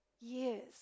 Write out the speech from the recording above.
years